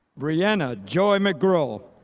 briana joy mcguirl,